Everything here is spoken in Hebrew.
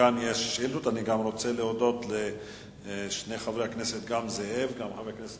אני גם רוצה להודות לשני חברי הכנסת, חבר הכנסת